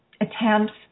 attempts